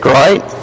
right